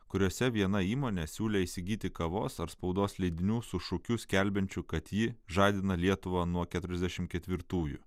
kuriose viena įmonė siūlė įsigyti kavos ar spaudos leidinių su šūkiu skelbiančiu kad ji žadina lietuvą nuo keturiasdešimt ketvirtųjų